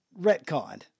retconned